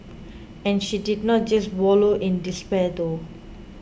and she did not just wallow in despair though